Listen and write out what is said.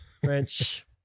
French